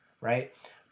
right